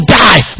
die